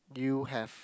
you have